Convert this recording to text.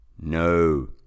No